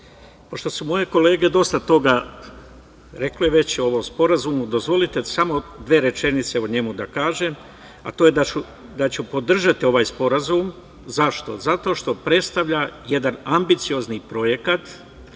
pošto su moje kolege dosta toga rekle već o ovom sporazumu, dozvolite samo dve rečenice o njemu da kažem, a to je da ću podržati ovaj sporazum.Zašto? Zato što predstavlja jedan ambiciozni projekat,